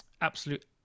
absolute